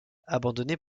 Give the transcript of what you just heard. abandonnée